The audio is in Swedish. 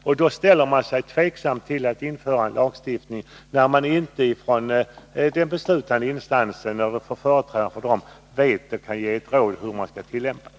Man ställer sig naturligtvis tveksam till införandet av en lagstiftning, när företrädarna för de beslutande instanserna inte kan lämna besked och inte kan ge råd om tillämpningen.